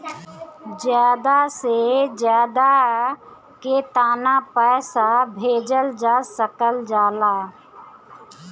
ज्यादा से ज्यादा केताना पैसा भेजल जा सकल जाला?